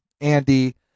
Andy